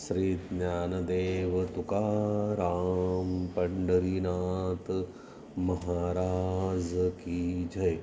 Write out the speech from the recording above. श्री ज्ञानदेव तुकाराम पंढरीनाथ महाराज की जय